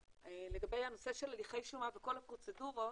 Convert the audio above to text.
לגבי הנושא של הליכי שומה וכל הפרוצדורות,